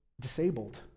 disabled